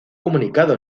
comunicado